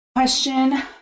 question